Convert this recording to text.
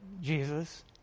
Jesus